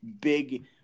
big